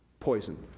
poison.